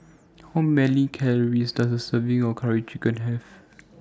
How Many Calories Does A Serving of Curry Chicken Have